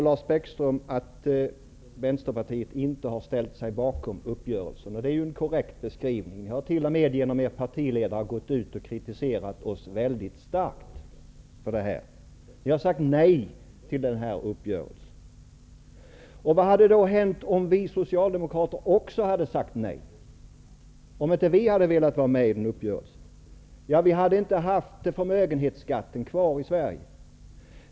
Lars Bäckström sade att Vänsterpartiet inte har ställt sig bakom uppgörelsen. Det är ju en korrekt beskrivning. Ni har t.o.m. genom er partiledare gått ut och kritiserat oss mycket starkt för denna uppgörelse. Ni har sagt nej till uppgörelsen. Vad hade då hänt om också vi socialdemokrater hade sagt nej -- om inte heller vi hade velat vara med om en uppgörelse? Vi hade då inte haft förmögenhetsskatten kvar i Sverige.